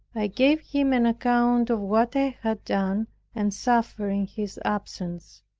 i gave him an account of what i had done and suffered in his absence,